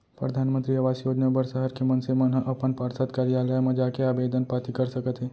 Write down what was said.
परधानमंतरी आवास योजना बर सहर के मनसे मन ह अपन पार्षद कारयालय म जाके आबेदन पाती कर सकत हे